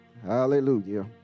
Hallelujah